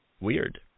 Weird